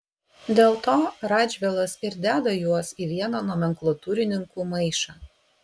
dėl to radžvilas ir deda juos į vieną nomenklatūrininkų maišą